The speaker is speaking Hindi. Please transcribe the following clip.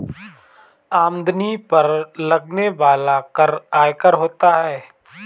आमदनी पर लगने वाला कर आयकर होता है